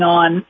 on